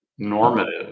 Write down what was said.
Normative